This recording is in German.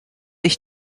ich